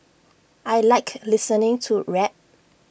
I Like listening to rap